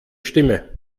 stimme